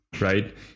right